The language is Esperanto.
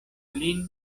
lin